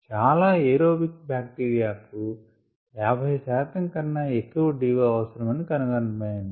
చాలా aerobic bacteria కు 50 శాతం కన్నా ఎక్కువ DO అవసరమని కనుగొనడమైనది